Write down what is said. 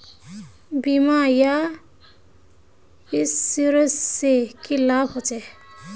बीमा या इंश्योरेंस से की लाभ होचे?